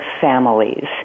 families